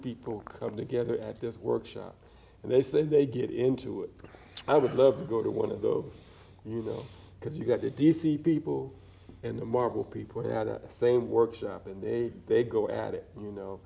people come together and just workshop and they say they get into it i would love to go to one of those you know because you get to d c people and the marvel people had that same workshop and they go at it you know